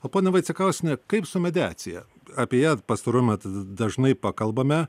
o ponia vaicekauskiene kaip su mediacija apie ją pastaruoju metu dažnai pakalbame